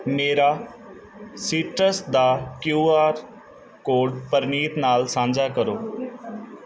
ਮੇਰਾ ਸੀਟਰਸ ਦਾ ਕਿਊਆਰ ਕੋਡ ਪ੍ਰਨੀਤ ਨਾਲ ਸਾਂਝਾ ਕਰੋ